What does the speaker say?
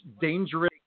dangerous